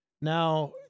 now